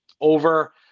over